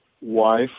wife